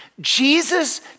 Jesus